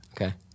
Okay